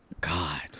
God